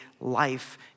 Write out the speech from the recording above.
life